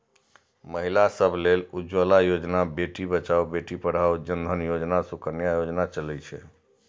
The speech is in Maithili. महिला सभ लेल उज्ज्वला योजना, बेटी बचाओ बेटी पढ़ाओ, जन धन योजना, सुकन्या योजना चलै छै